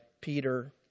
Peter